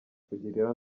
kugirira